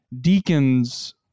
deacons